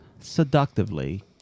Seductively